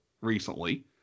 recently